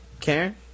Karen